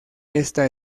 esta